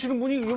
what do you